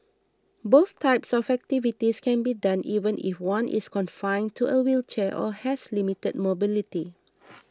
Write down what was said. both types of activities can be done even if one is confined to a wheelchair or has limited mobility